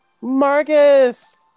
Marcus